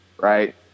right